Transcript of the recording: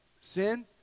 sin